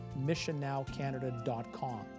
missionnowcanada.com